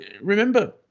remember